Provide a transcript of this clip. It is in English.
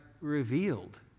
revealed